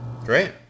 Great